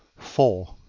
four.